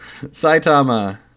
Saitama